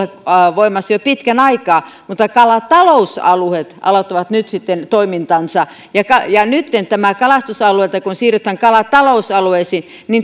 voimassa jo pitkän aikaa mutta kalatalousalueet aloittavat nyt sitten toimintansa ja ja nytten kun kalastusalueista siirrytään kalatalousalueisiin